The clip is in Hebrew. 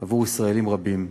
עבור ישראלים רבים.